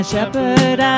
Shepherd